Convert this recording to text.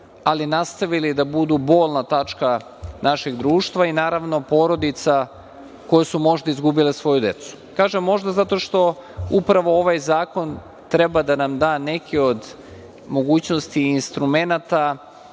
ali nastavljaju da budu bolna tačka našeg društva i, naravno, porodica koje su možda izgubile svoju decu. Kažem možda, zato što upravo ovaj zakon treba da nam da neki od mogućnosti i instrumenata